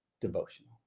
Devotional